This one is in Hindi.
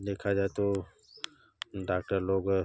देखा जाए तो डाक्टर लोग